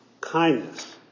kindness